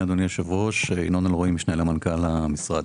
הייתה החלטת ממשלה שעזרה בכל מיני נושאים לעוטף עזה,